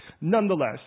Nonetheless